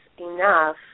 enough